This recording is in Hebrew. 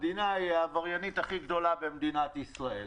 המדינה היא העבריינית הכי גדולה במדינת ישראל,